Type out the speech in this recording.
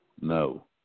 No